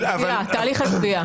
תהליך הגבייה.